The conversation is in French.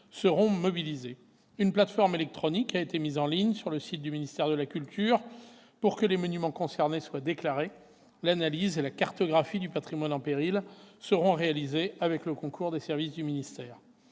seront mobilisés. Une plateforme électronique a été mise en ligne sur le site du ministère de la culture pour que les monuments concernés soient déclarés. L'analyse et la cartographie du patrimoine en péril seront réalisées avec le concours de ces services. Par